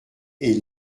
est